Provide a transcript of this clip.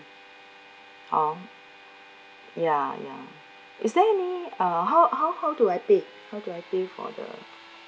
hor ya ya is there any uh how how how do I pay how do I pay for the